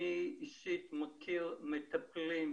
אני אישית מכיר מטפלים,